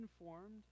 informed